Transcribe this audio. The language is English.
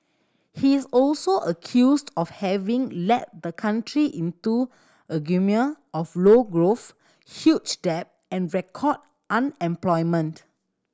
he is also accused of having led the country into a of low growth huge debt and record unemployment